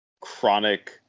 chronic